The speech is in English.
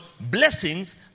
blessings